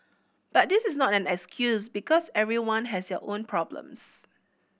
but this is not an excuse because everyone has their own problems